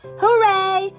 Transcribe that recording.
hooray